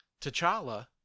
T'Challa